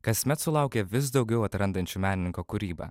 kasmet sulaukia vis daugiau atrandančių menininko kūrybą